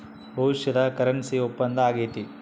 ಭವಿಷ್ಯದ ಕರೆನ್ಸಿ ಒಪ್ಪಂದ ಆಗೈತೆ